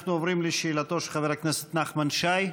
אנחנו עוברים לשאלתו של חבר הכנסת נחמן שי.